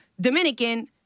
Dominican